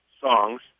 songs